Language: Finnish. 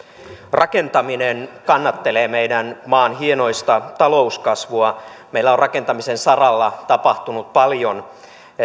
rakentaminen kannattelee meidän maamme hienoista talouskasvua meillä on rakentamisen saralla tapahtunut paljon